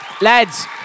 Lads